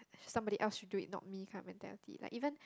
somebody else should do it not me kind of mentality like even